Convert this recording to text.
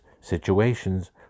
situations